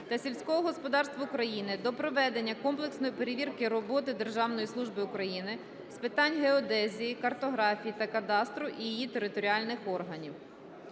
та сільського господарства України до проведення комплексної перевірки роботи Державної служби України з питань геодезії, картографії та кадастру і її територіальних органів.